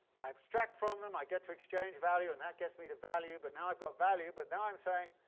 i abstract from them, i get to exchange-value, and that gets me to value. but now i've got value, but now i'm saying